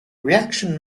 reaction